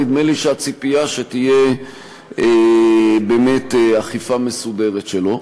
נדמה לי שהציפייה היא שתהיה באמת אכיפה מסודרת שלו.